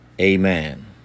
amen